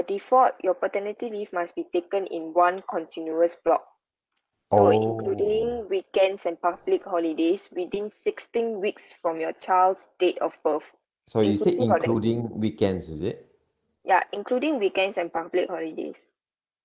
default your paternity leave must be taken in one continuous block so including weekends and public holidays within sixteen weeks from your child's date of birth inclusive of that ya including weekends and public holidays